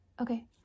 Okay